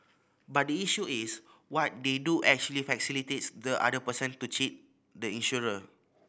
but the issue is what they do actually facilitates the other person to cheat the insurer